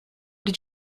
did